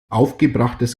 aufgebrachtes